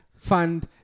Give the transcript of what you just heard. fund